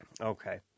okay